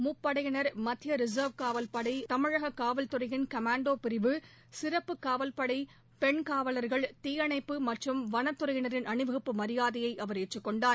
முப்படையினர் மத்திய ரிசர்வ் காவல்பளட தமிழக காவல்துறையின் கமான்டோ பிரிவு சிறப்பு காவல்படை பெண் காவலர்கள் தீயணைப்பு மற்றும் வனத்துறையினரின் அனிவகுப்பு மரியாதையை அவர் ஏற்றுக்கொண்டார்